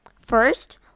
First